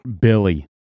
Billy